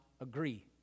agree